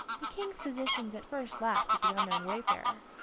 the king's physicians at first laughed at the unknown wayfarer,